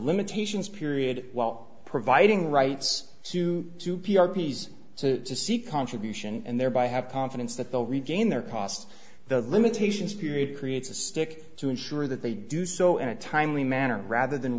limitations period while providing rights to do p r piece so to see contribution and thereby have confidence that the regain their past the limitations period creates a stick to ensure that they do so in a timely manner rather than